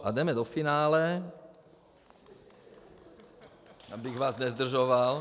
A jdeme do finále, abych vás nezdržoval.